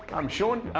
i'm sean.